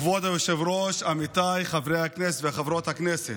כבוד היושב-ראש, עמיתיי חברי הכנסת וחברות הכנסת,